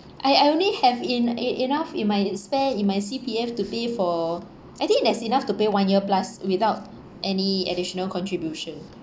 I I only have in e~ enough in my spare in my C_P_F to pay for I think that's enough to pay one year plus without any additional contribution